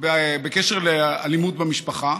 בקשר לאלימות במשפחה,